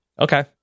Okay